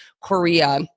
Korea